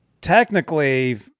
technically